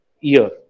year